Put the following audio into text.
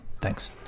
Thanks